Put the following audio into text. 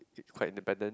quite independent